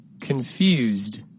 Confused